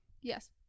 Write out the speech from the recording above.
Yes